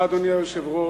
אדוני היושב-ראש,